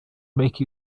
make